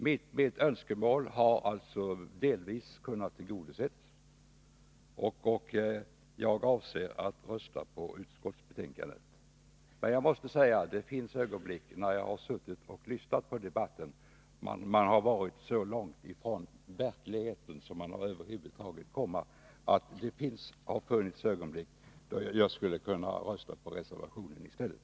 Mitt önskemål har delvis kunnat tillgodoses, och jag avser att rösta på utskottets hemställan. Men jag måste säga att det — när jag har suttit och lyssnat på debatten och man har varit så långt från verkligheten som man över huvud taget kan komma — har funnits ögonblick då jag skulle kunna ha tänkt mig att rösta på reservationen i stället.